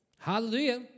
Hallelujah